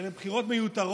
אלה בחירות מיותרות